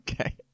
Okay